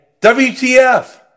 WTF